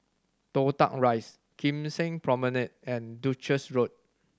Toh Tuck Rise Kim Seng Promenade and Duchess Road